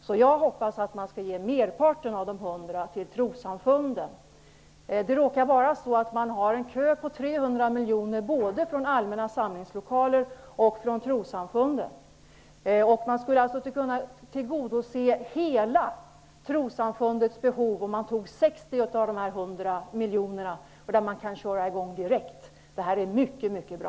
Så jag hoppas att man skall ge merparten av de 100 Det råkar vara så att det finns en kö på 300 miljoner både från allmänna samlingslokaler och från trossamfunden. Man skulle alltså kunna tillgodose trossamfundens hela behov, om man tog 60 av de 100 miljonerna, och där kan man köra i gång direkt. Det här är mycket mycket bra.